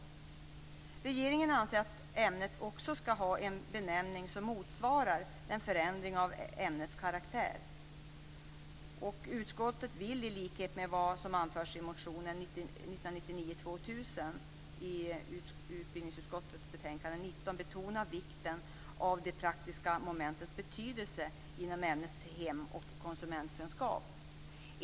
Regeringen anser att ämnet också ska ha en benämning som motsvarar förändringen av ämnets karaktär. Utskottet vill i likhet med det som anförs i motion 1999/2000:Ub19 betona vikten av det praktiska momentets betydelse inom ämnet hem och konsumentkunskap.